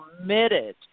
committed